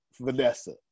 Vanessa